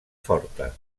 forta